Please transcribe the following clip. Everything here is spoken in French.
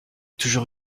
toujours